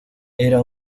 era